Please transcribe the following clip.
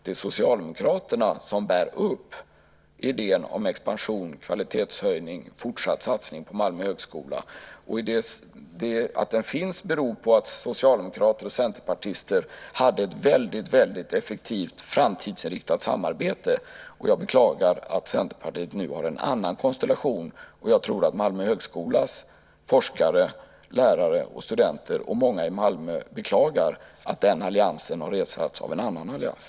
Det är Socialdemokraterna som bär upp idén om expansion, kvalitetshöjning och fortsatt satsning på Malmö högskola. Att den alls finns beror på att socialdemokrater och centerpartister hade ett väldigt effektivt, framtidsinriktat samarbete. Jag beklagar att Centerpartiet nu ingår i en annan konstellation, och jag tror att Malmö högskolas forskare, lärare och studenter, och många andra i Malmö, beklagar att den alliansen har ersatts av en annan allians.